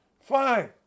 Fine